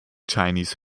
chinese